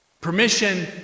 Permission